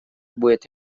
будет